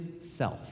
self